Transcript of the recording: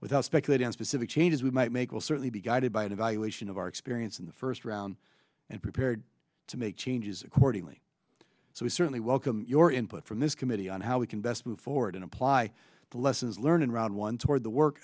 without speculating on specific changes we might make will certainly be guided by an evaluation of our experience in the first round and prepared to make changes accordingly so we certainly welcome your input from this committee on how we can best move forward and apply the lessons learned in round one toward the work